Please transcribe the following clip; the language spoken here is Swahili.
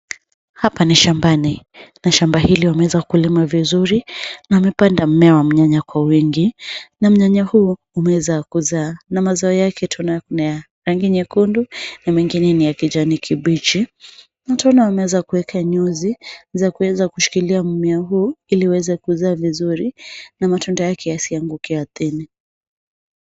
Hapa ni shambani na shamba hili wameweza kulima vizuri, na wamepanda mmea wa mnyanya wingi. Na mnyanya huo umeweza kuzaa na mazao yake tunaona ni ya rangi nyekundu, na mengine ni ya kijani kibichi. Na tunaona wameweza kuweka nyuzi, za kuweza kushikilia mmea huu, ili uweze kuzaa vizuri. Na matunda yake yasianguke ardhini.